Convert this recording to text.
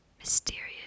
mysterious